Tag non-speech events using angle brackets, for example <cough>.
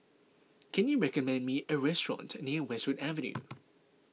can you recommend me a restaurant near Westwood Avenue <noise>